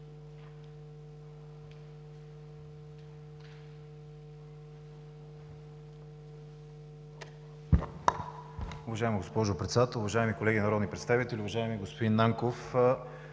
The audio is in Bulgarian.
Уважаема госпожо Председател, уважаеми колеги народни представители! Уважаеми господин Нанков,